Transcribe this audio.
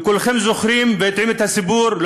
כולכם זוכרים ויודעים את הסיפור,